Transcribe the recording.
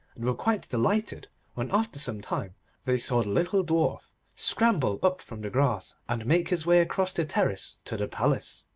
and were quite delighted when after some time they saw the little dwarf scramble up from the grass, and make his way across the terrace to the palace.